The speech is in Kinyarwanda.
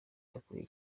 yakoreye